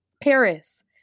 Paris